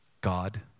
God